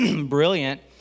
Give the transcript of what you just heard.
brilliant